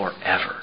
forever